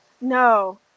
no